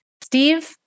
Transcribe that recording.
Steve